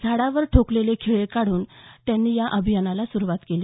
झाडावर ठोकलेले खिळे काढून त्यांनी या अभियानाची सुरूवात केली